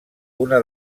una